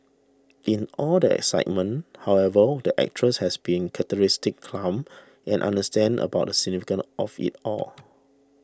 in all the excitement however the actress has been characteristically calm and understated about the significance of it all